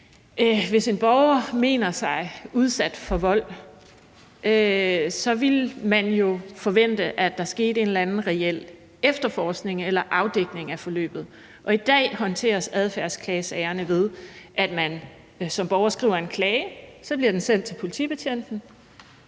hvis en borger mener sig udsat for vold, ville man jo forvente, at der skete en eller anden reel efterforskning eller afdækning af forløbet. I dag håndteres adfærdsklagesagerne, ved at man som borger skriver en klage. Så bliver den sendt til politibetjenten,